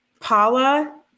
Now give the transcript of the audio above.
Paula